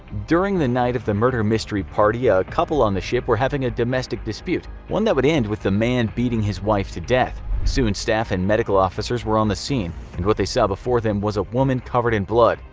during the night of the murder mystery party a couple on that ship were having a domestic dispute, one that would end with the man beating his wife to death. soon staff and medical officers were on the scene, and what they saw before them was a woman covered in blood.